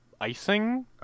icing